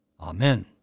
Amen